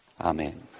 Amen